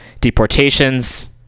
deportations